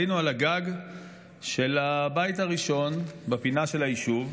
עלינו על הגג של הבית הראשון בפינה של היישוב,